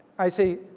i say,